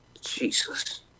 Jesus